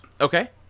Okay